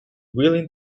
willing